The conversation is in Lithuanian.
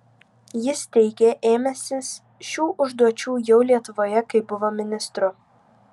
jis teigė ėmęsis šių užduočių jau lietuvoje kai buvo ministru